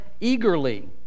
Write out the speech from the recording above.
eagerly